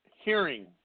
hearing